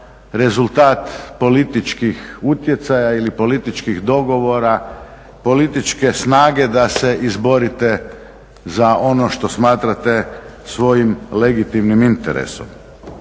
rezultat političkih utjecaja ili političkih dogovora, političke snage da se izborite za ono što smatrate svojim legitimnim interesom.